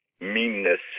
meanness